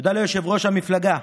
תודה ליושב-ראש המפלגה,